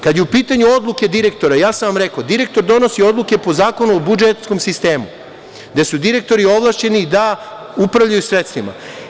Kad su u pitanju odluke direktora, ja sam vam rekao da direktor donosi odluke po Zakonu o budžetskom sistemu, gde su direktori ovlašćeni da upravljaju sredstvima.